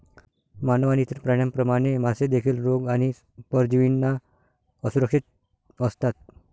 मानव आणि इतर प्राण्यांप्रमाणे, मासे देखील रोग आणि परजीवींना असुरक्षित असतात